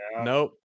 Nope